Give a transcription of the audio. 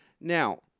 Now